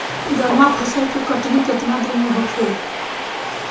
गर्मा फसल के कटनी केतना दिन में होखे?